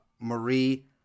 Marie